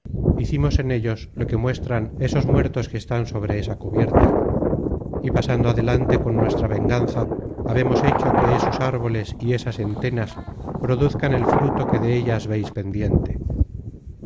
hicimos en ellos lo que muestran esos muertos que están sobre esa cubierta y pasando adelante con nuestra venganza habemos hecho que esos árboles y esas entenas produzcan el fruto que de ellas veis pendiente